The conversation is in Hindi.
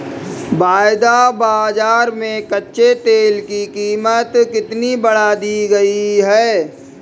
वायदा बाजार में कच्चे तेल की कीमत कितनी बढ़ा दी गई है?